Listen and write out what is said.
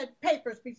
papers